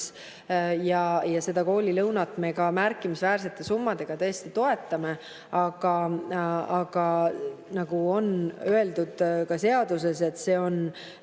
Seda koolilõunat me ka märkimisväärsete summadega tõesti toetame. Aga nagu on öeldud ka seaduses, see on